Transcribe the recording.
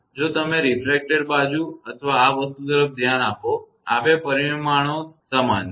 જો તમે તે રિફ્રેક્ટેડ બાજુ અને આ વસ્તુ તરફ ધ્યાન આપો આ બે પરિમાણો સમાન છે